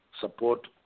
support